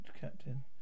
Captain